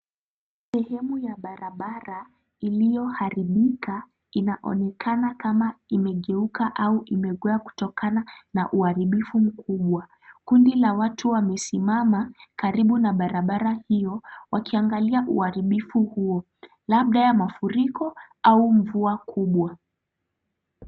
Sehemu ya barabara iliyoharibika inaonekana kama imegeuka au imekua kutokana na uharibifu mkubwa. Kundi la watu wamesimama karibu na barabara hiyo wakiangalia uharibifu huo labda ya mafuriko au mvua kubwa.